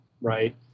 right